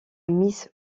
mise